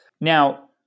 now